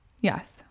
yes